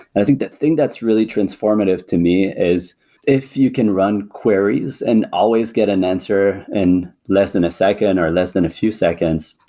i think the thing that's really transformative to me is if you can run queries and always get an answer in less than a second or less than a few seconds,